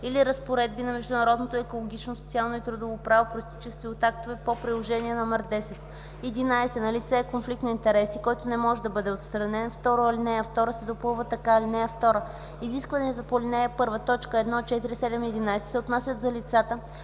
или разпоредби на международното екологично, социално и трудово право, произтичащи от актовете по приложение № 10; 11. налице е конфликт на интереси, който не може да бъде отстранен.” 2. Алинея 2 се допълва така: „(2) Изискванията по ал. 1, т. 1, 4, 7 и 11 се отнасят за лицата,